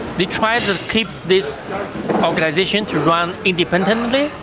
they tried to keep this organisation to run independently,